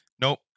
Nope